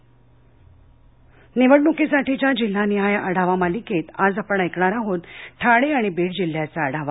री निवडणूकीसाठीच्या जिल्हानिहाय आढावा मालिकेत आज आपण ऐकणार आहोत ठाणे आणि बीड जिल्ह्याचा आढावा